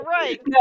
right